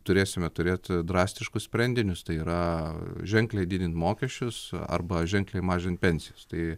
turėsime turėti drastiškus sprendinius tai yra ženkliai didinti mokesčius arba ženkliai mažint pensijas tai